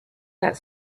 that